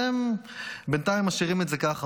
והם בינתיים משאירים את זה ככה,